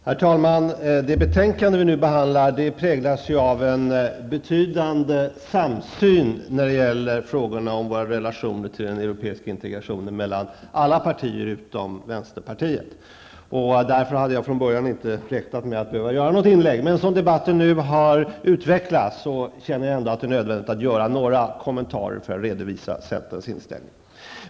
Herr talman! Det betänkande som vi nu behandlar präglas av en betydande samsyn i frågan om våra relationer till den europeiska integrationen mellan olika partier utom vänsterpartiet. Därför hade jag från början inte tänkt göra något inlägg, men som debatten nu har utvecklats känner jag ändå att det är nödvändigt att göra några kommentarer för att redovisa centerns inställning.